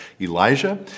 Elijah